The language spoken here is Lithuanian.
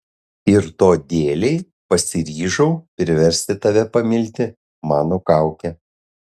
ir to dėlei pasiryžau priversti tave pamilti mano kaukę